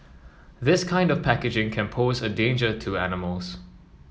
this kind of packaging can pose a danger to animals